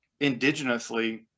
indigenously